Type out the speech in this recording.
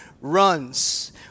runs